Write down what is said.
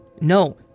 No